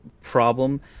problem